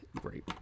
Great